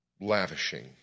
Lavishing